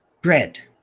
bread